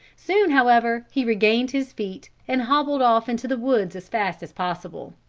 soon however he regained his feet and hobbled off into the woods as fast as possible.